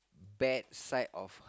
bad side of